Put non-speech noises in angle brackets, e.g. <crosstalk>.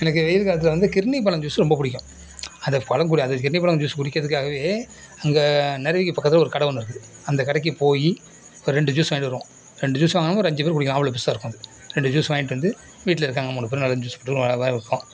எனக்கு வெயில் காலத்தில் வந்து கிர்னி பழம் ஜூஸு ரொம்ப பிடிக்கும் அது <unintelligible> அது கிர்னி பழம் ஜூஸ் குடிக்கிறதுக்காகவே அங்கே நறுவிக்கு பக்கத்தில் ஒரு கடை ஒன்று இருக்குது அந்த கடைக்கு போய் ஒரு ரெண்டு ஜூஸு வாங்கிட்டு வருவோம் ரெண்டு ஜூஸ் வாங்குனாக்கா ஒரு அஞ்சு பேர் குடிக்கலாம் அவ்வளோ பெருசாக இருக்கும் அது ரெண்டு ஜூஸ் வாங்கிட்டு வந்து வீட்டில் இருக்காங்க மூணு பேர் நாலஞ்சு <unintelligible> ஒரு அளவாக இருக்கும்